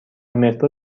مترو